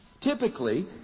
Typically